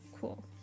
Cool